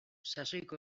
sasoiko